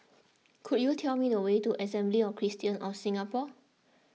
could you tell me the way to Assembly of Christians of Singapore